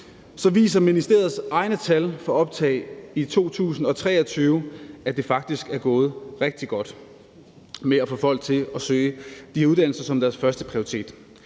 viser ministeriets egne tal for optag i 2023, at det faktisk er gået rigtig godt med at få folk til at søge disse uddannelser som deres førsteprioritet.